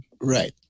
Right